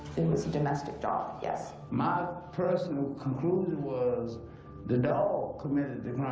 it was a domestic dog, yes. my personal conclusion was the dog committed the